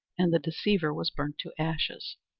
and the deceiver was burnt to ashes.